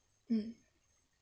mm